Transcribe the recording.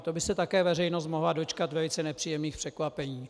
To by se také veřejnost mohla dočkat velice nepříjemných překvapení.